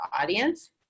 audience